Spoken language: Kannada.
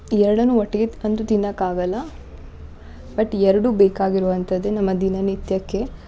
ಎರಡನ್ನು ಒಟ್ಟಿಗೆ ಅಂದ್ರೆ ತಿನ್ನಕ್ಕಾಗಲ್ಲ ಬಟ್ ಎರಡು ಬೇಕಾಗಿರುವಂಥದ್ದೇ ನಮ್ಮ ದಿನನಿತ್ಯಕ್ಕೆ